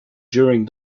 during